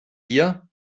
hier